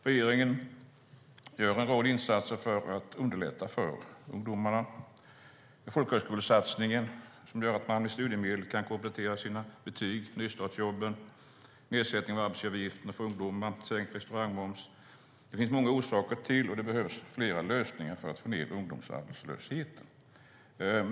Regeringen gör en rad insatser för att underlätta för ungdomarna: folkhögskolesatsningen, som gör att man med studiemedel kan komplettera sina betyg, nystartsjobben, nedsättning av arbetsgivaravgiften för ungdomar och sänkt restaurangmoms. Det finns många orsaker till ungdomsarbetslösheten, och det behövs flera lösningar för att få ned den.